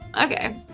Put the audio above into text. okay